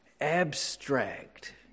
abstract